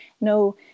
no